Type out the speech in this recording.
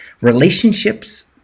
Relationships